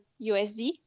USD